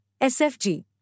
SFG